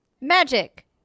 Magic